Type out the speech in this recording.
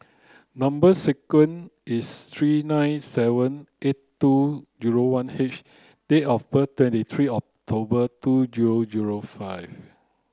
number sequence is three nine seven eight two zero one H date of birth twenty three October two zero zero five